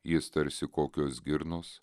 jis tarsi kokios girnos